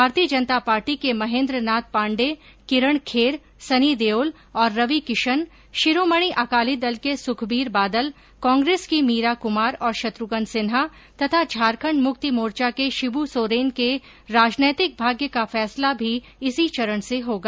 भारतीय जनता पार्टी के महेंद्रनाथ पांडेय किरण खेर सनी देओल और रविकिशन शिरोमणि अकाली दल के सुखबीर बादल कांग्रेस की मीरा कुमार और शत्रुघ्न सिन्हा तथा झारखंड मुक्ति मोर्चा के शिबू सोरेन के राजनीतिक भाग्य का फैसला भी इसी चरण से होगा